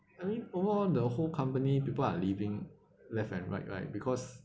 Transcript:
eh overall the whole company people are leaving left and right right because